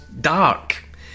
dark